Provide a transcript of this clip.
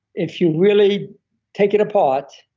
if you really take it apart